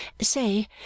say